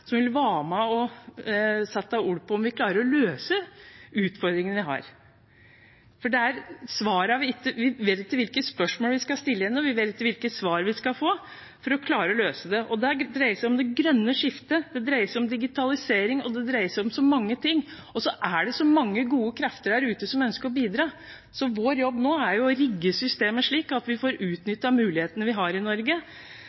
som vil være med og sette ord på de utfordringene vi har, og om vi klarer å løse dem. Vi vet ikke hvilke spørsmål vi skal stille ennå, vi vet ikke hvilke svar vi skal få for å klare å løse det. Det dreier seg om det grønne skiftet, det dreier seg om digitalisering, og det dreier seg om så mange ting. Det er så mange gode krefter der ute som ønsker å bidra, så vår jobb nå er å rigge systemet slik at vi får